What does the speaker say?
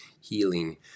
healing